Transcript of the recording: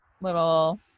little